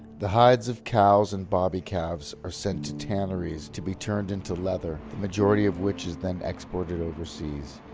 the hides of cows and bobby calves are sent to tanneries to be turned into leather, the majority of which is then exported overseas.